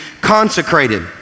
consecrated